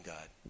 God